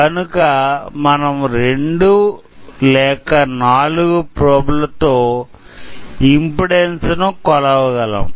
కనుక మనం రెండు లేక నాలుగు ప్రాబ్ల తో ఇమ్పెడాన్సు ను కొలవగలం